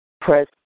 Press